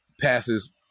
passes